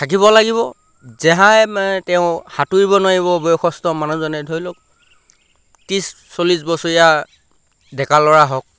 থাকিব লাগিব যেতিয়া মানে তেওঁ সাঁতুৰিব নোৱাৰিব বয়সস্থ মানুহজনে ধৰি লওক ত্ৰিছ চল্লিছ বছৰীয়া ডেকা ল'ৰা হওক